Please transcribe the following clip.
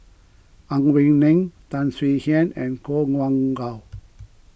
Ang Wei Neng Tan Swie Hian and Koh Nguang How